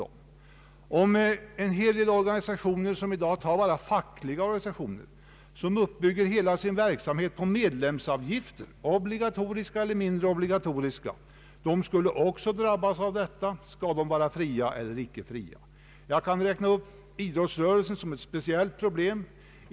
Det finns en hel del organisationer, t.ex. fackliga organisationer, som bygger upp sin verksamhet på obligatoriska eller mindre obligatoriska medlemsavgifter. De skulle också drabbas av arbetsgivaravgiften. Skall de vara befriade eller icke befriade från avgiften? Jag kan ta idrottsrörelsen som ett speciellt problem.